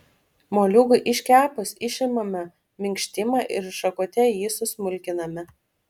moliūgui iškepus išimame minkštimą ir šakute jį susmulkiname